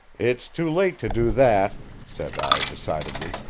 it's too late to do that, said i decidedly.